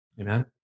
Amen